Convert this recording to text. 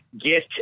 get